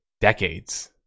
decades